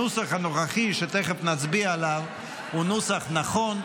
הנוסח הנוכחי שתכף נצביע עליו הוא נוסח נכון,